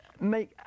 make